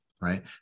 right